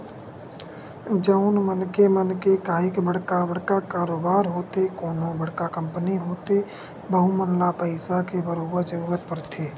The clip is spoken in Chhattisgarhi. जउन मनखे मन के काहेक बड़का बड़का कारोबार होथे कोनो बड़का कंपनी होथे वहूँ मन ल पइसा के बरोबर जरूरत परथे